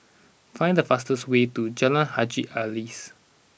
find the fastest way to Jalan Haji Alias